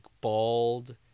bald